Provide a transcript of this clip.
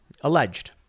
Alleged